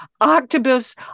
Octopus